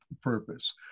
purpose